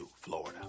Florida